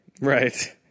Right